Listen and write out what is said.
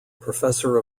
professor